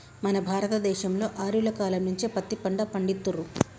మన భారత దేశంలో ఆర్యుల కాలం నుంచే పత్తి పంట పండిత్తుర్రు